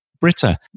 Britta